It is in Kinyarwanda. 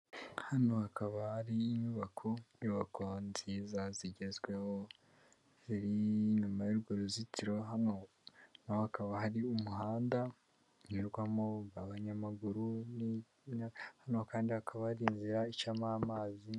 Hano hakaba hari inyubako, inyubako nziza zigezweho ziri inyuma y'urwo ruzitiro, hano hakaba hari umuhanda unyurwamo abanyamaguru, hano kandi hakaba hari inzira icamo amazi.